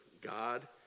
God